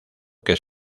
que